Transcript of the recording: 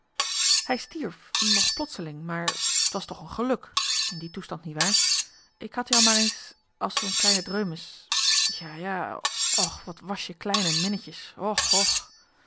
hij stierf nog plotseling maar t was toch een geluk in die toestand niewaar ik had jou maar eens als zoo'n kleine dreumes ja ja och wat was je klein en minnetjes och